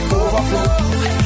overflow